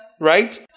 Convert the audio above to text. right